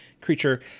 creature